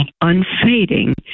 unfading